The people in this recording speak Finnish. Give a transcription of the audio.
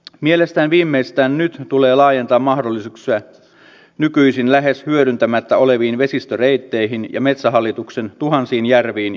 mielestäni viimeistään nyt tulee laajentaa mahdollisuuksia nykyisin lähes hyödyntämättä oleviin vesistöreitteihin ja metsähallituksen tuhansiin järviin ja jokiin